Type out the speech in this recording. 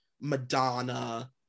Madonna